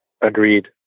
Agreed